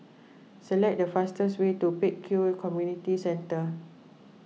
select the fastest way to Pek Kio Community Centre